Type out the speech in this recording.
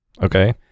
Okay